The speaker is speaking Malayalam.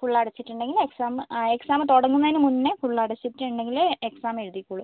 ഫുൾ അടച്ചിട്ടുണ്ടെങ്കിൽ എക്സാം എക്സാം തുടങ്ങുന്നയിനു മുന്നെ ഫുൾ അടച്ചിട്ടുണ്ടെങ്കിലെ എക്സാം എഴുതിക്കുള്ളൂ